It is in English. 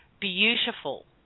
beautiful